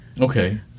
Okay